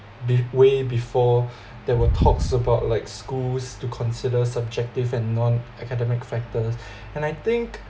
be~ way before there were talks about like schools to consider subjective and non-academic factors and I think